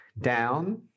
down